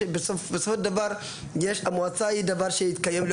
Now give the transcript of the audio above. בסופו של דבר המועצה היא דבר שיתקיים,